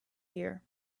year